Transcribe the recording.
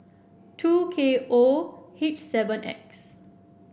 two K O H seven X